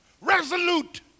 Resolute